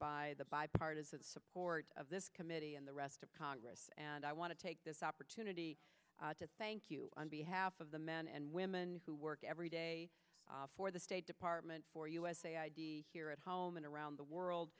by the bipartisan support of this committee and the rest of congress and i want to take this opportunity to thank you on behalf of the men and women who work every day for the state department for us here at home and around the world